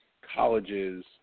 colleges